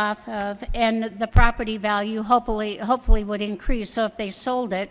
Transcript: off of and the property value hopefully hopefully would increase so if they sold it